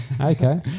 Okay